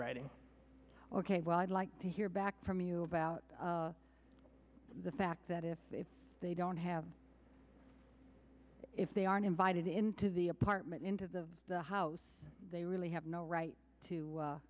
writing ok well i'd like to hear back from you about the fact that if they don't have if they aren't invited into the apartment into the house they really have no right to